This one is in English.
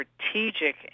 strategic